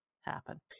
happen